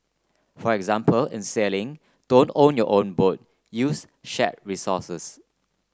for example in sailing don't own your own boat use shared resources